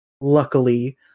luckily